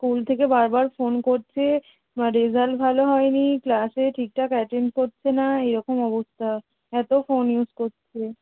school থেকে বার বার ফোন করছে না রেজাল্ট ভালো হয় নি ক্লাসে ঠিকঠাক অ্যাটেন্ড করছে না এরকম অবস্থা এতো ফোন ইউস করছে